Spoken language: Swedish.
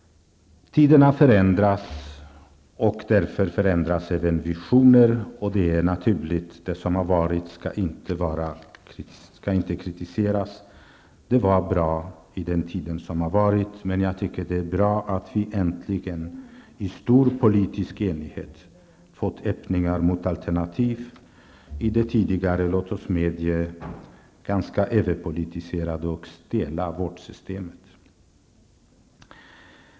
Tiderna förändras, och därför förändras även visionerna. Det är naturligt. Det som har varit skall inte kritiseras. Det var bra i den tid som har varit. Men jag tycker att det är bra att vi äntligen i stor politisk enighet har fått öppningar mot alternativ i det tidigare, låt oss medge det, ganska överpolitiserade och stela vårdsystemet.